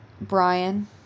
Brian